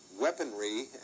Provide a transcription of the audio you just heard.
weaponry